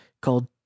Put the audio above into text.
called